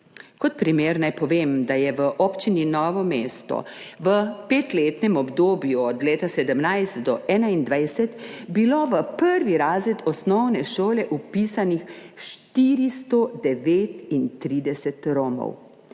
Kot primer naj povem, da je bilo v občini Novo mesto v petletnem obdobju od leta 2017 do 2021 v prvi razred osnovne šole vpisanih 439 Romov.